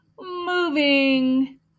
moving